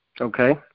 Okay